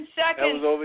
seconds